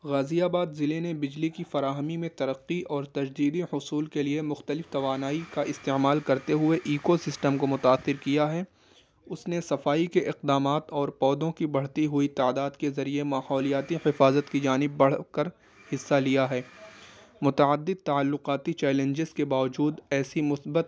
غازی آباد ضلعے نے بجلی کی فراہمی میں ترقّی اور تجدیدی حصول کے لیے مختلف توانائی کا استعمال کرتے ہوئے ایکو سسٹم کو متاثر کیا ہے اس نے صفائی کے اقدامات اور پودوں کی بڑھتی ہوئی تعداد کے ذریعے ماحولیاتی حفاظت کی جانب بڑھ کر حِصّہ لیا ہے متعدد تعلقاتی چیلنجیز کے باوجود ایسی مثبت